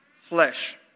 flesh